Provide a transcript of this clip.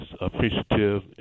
appreciative